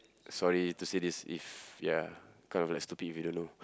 sorry to say this if ya kind of like stupid if you don't know